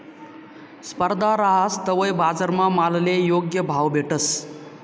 स्पर्धा रहास तवय बजारमा मालले योग्य भाव भेटस